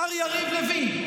עם השר יריב לוין.